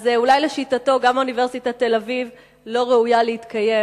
אז אולי לשיטתו גם אוניברסיטת תל-אביב לא ראויה להתקיים